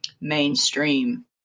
mainstream